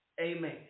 Amen